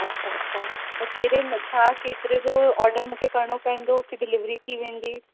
अच्छा अच्छा त कहिड़े में छा केतिरे जो ऑर्डर मूंखे करिणो पवंदो की डिलीवरी थी वेंदी